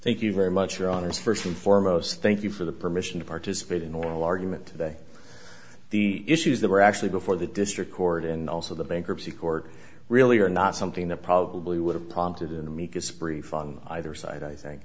thank you very much ron is first and foremost thank you for the permission to participate in oral argument today the issues that were actually before the district court and also the bankruptcy court really are not something that probably would have prompted in the meekest brief on either side i think